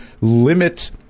limit